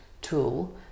tool